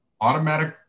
automatic